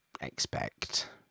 expect